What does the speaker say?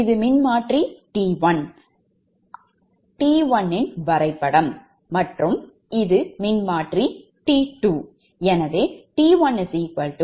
இது மின்மாற்றி T1 இன் வரைபடம் மற்றும் இது மின்மாற்றி T2